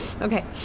okay